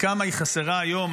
וכמה היא חסרה היום.